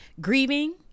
grieving